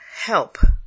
Help